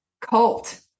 cult